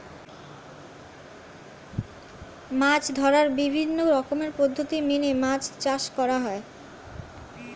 মাছ ধরার বিভিন্ন রকমের পদ্ধতি মেনে মাছ চাষ করা হয়